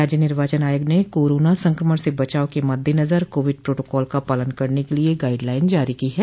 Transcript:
राज्य निर्वाचन आयोग ने कोरोना संक्रमण से बचाव के मददेनजर कोविड प्रोटोकाल का पालन करने के लिये गाइड लाइन जारी है